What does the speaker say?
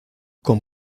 con